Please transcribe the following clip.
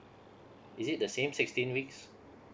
is it the same sixteen weeks